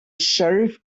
sheriff